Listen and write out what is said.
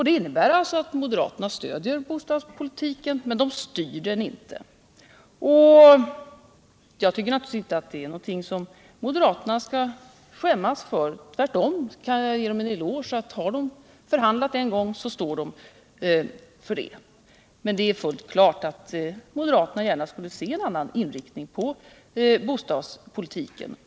Det innebär att moderaterna stöder bostadspolitiken, men de styr den inte. Jag tycker inte att det är någonting som moderaterna skall skämmas för. Tvärtom kan jag ge dem en eloge för att de står för vad vi en gång kommit fram till genom förhandlingar. Men det är fullt klart att moderaterna gärna skulle se en annan inriktning på bostadspolitiken.